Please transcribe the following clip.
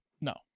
no